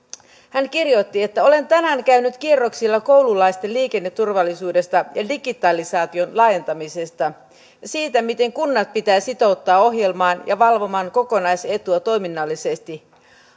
hän kirjoitti olen tänään käynyt kierroksilla koululaisten liikenneturvallisuudesta ja digitalisaation laajentamisesta ja siitä miten kunnat pitää sitouttaa ohjelmaan ja valvomaan kokonaisetua toiminnallisesti